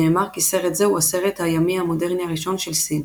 נאמר כי סרט זה הוא "הסרט הימי המודרני הראשון של סין".